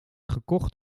gekocht